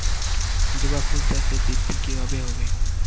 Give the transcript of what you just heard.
জবা ফুল চাষে বৃদ্ধি কিভাবে হবে?